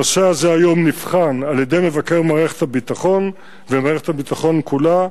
הנושא הזה נבחן היום על-ידי מבקר מערכת הביטחון ומערכת הביטחון כולה.